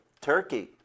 Turkey